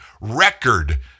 record